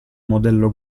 modello